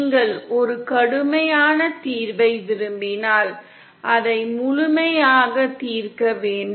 நீங்கள் ஒரு கடுமையான தீர்வை விரும்பினால் அதை முழுமையாக தீர்க்க வேண்டும்